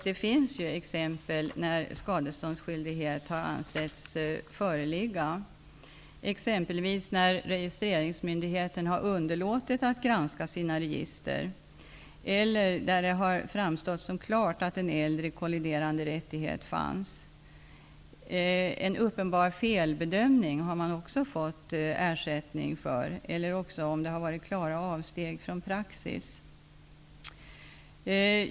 Det finns exempel när skadeståndsskyldighet har ansetts föreligga, t.ex. när registreringsmyndigheten har underlåtit att granska sina register eller där det har framstått klart att en äldre kolliderande rättighet har funnits. Det har också givits ersättning vid en uppenbar felbedömning eller om det har varit fråga om klara avsteg från praxis.